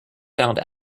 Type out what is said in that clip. found